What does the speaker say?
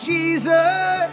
Jesus